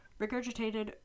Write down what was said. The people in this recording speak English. regurgitated